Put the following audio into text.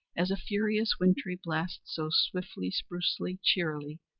as a furious wintry blast, so swiftly, sprucely, cheerily,